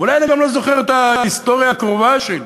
אולי אני גם לא זוכר את ההיסטוריה הקרובה שלי,